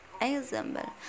Example